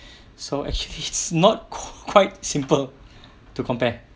so actually it's not quite simple to compare